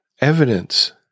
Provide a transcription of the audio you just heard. evidence